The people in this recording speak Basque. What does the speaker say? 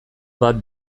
bat